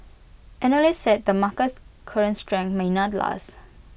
analysts said the market's current strength may not last